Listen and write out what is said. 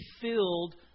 filled